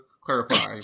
clarify